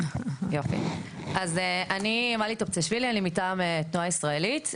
אני מלי טופצ'יאשוילי, אני מטעם תנועה ישראלית.